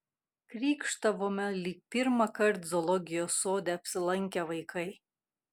krykštavome lyg pirmąkart zoologijos sode apsilankę vaikai